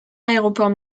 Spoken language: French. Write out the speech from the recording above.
aéroport